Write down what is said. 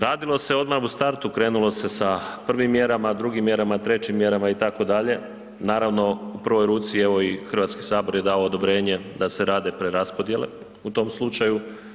Radilo se odmah u startu krenulo se sa prvim mjerama, drugim, trećim mjerama itd., naravno u prvoj ruci evo i HS je dao odobrenje da se rade preraspodjele u tom slučaju.